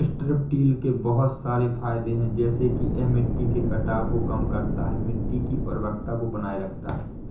strip till के बहुत सारे फायदे हैं जैसे कि यह मिट्टी के कटाव को कम करता है, मिट्टी की उर्वरता को बनाए रखता है